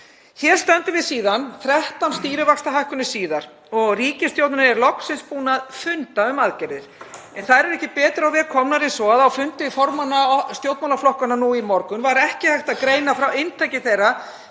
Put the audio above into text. Hér stöndum við síðan, 13 stýrivaxtahækkunum síðar, og ríkisstjórnin er loksins búin að funda um aðgerðir. En þær eru ekki betur á veg komnar en svo að á fundi formanna stjórnmálaflokkanna nú í morgun var ekki hægt að greina frá inntaki þeirra